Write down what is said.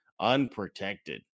unprotected